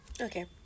okay